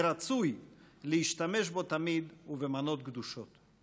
ורצוי, להשתמש בו תמיד ובמנות גדושות.